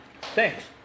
Thanks